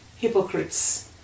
Hypocrites